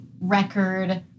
record